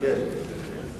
בכל אופן,